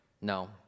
No